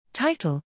Title